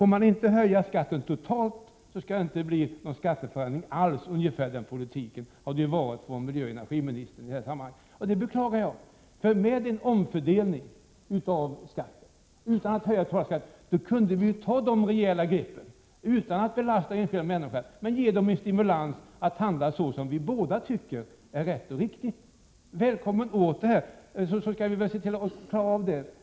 Får man inte höja skatten totalt så skall det inte bli någon skatteförändring alls — ungefär den politiken har miljöoch energiministern fört i det här sammanhanget, och det beklagar jag. Med en omfördelning av skatten — utan att höja de totala skatterna — kunde vi ta dessa rejäla grepp och ändå inte belasta enskilda människor. Då kunde vi ge den en stimulans till att handla så som vi båda tycker är rätt och riktigt. Välkommen åter, så skall vi se till att klara av detta.